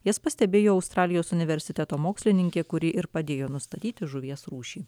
jas pastebėjo australijos universiteto mokslininkė kuri ir padėjo nustatyti žuvies rūšį